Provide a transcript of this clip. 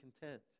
content